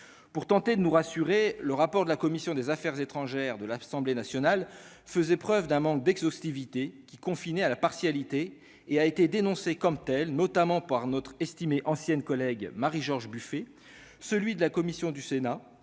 pour tenter de nous rassurer : le rapport de la commission des Affaires étrangères de l'Assemblée nationale faisait preuve d'un manque d'exhaustivité qui confiné à la partialité et a été dénoncée comme telle, notamment par notre estimé ancienne collègue Marie-George Buffet, celui de la commission du Sénat